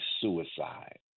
suicide